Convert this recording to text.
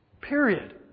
Period